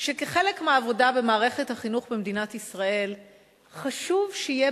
שכחלק מהעבודה במערכת החינוך במדינת ישראל חשוב שיהיה